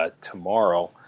tomorrow